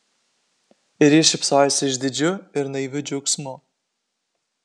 ir ji šypsojosi išdidžiu ir naiviu džiaugsmu